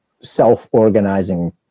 self-organizing